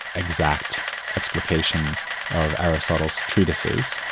exact explication of aristotle's treatises,